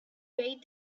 bade